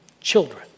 children